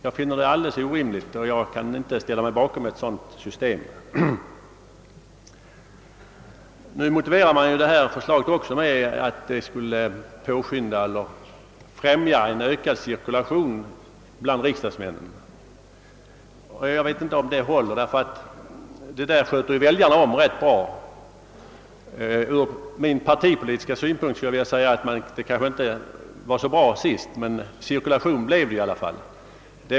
Jag finner detta vara alldeles orimligt och kan inte ställa mig bakom ett sådant system. Nu motiveras förslaget med att det skulle främja en ökad cirkulation bland riksdagsmännen. Jag vet inte om detta påstående håller — väljarna sköter rätt bra om den saken. Ur min partipolitiska synpunkt var det kanske inte så bra sist, men cirkulation blev det i alla fall!